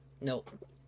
Nope